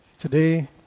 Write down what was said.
Today